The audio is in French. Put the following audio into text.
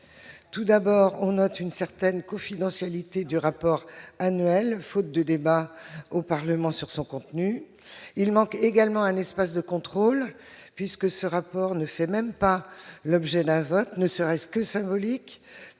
Tout d'abord, on note une certaine confidentialité du rapport annuel faute de débat au Parlement sur son contenu. Ensuite, il manque un espace de contrôle, puisque ce rapport ne fait même pas l'objet d'un vote, ne serait-ce que symbolique,